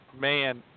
man